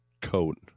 coat